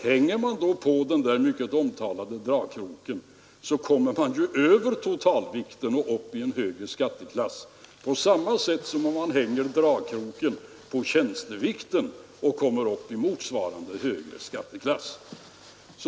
Hänger man på den mycket omtalade dragkroken, kommer man ju över den ursprungliga totalvikten och hamnar i en högre skatteklass, på samma sätt som om man vid tjänsteviktsberäkning monterar på en dragkrok.